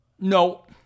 No